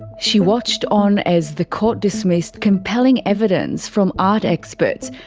she watched on as the court dismissed compelling evidence from art experts.